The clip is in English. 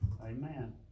Amen